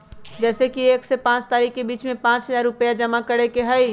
जैसे कि एक से पाँच तारीक के बीज में पाँच हजार रुपया जमा करेके ही हैई?